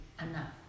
enough